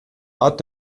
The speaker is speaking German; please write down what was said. art